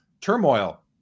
turmoil